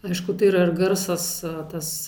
aišku tai yra ir garsas tas